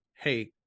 hey